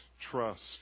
trust